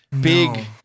big